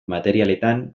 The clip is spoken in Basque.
materialetan